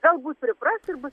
galbūt pripras ir bus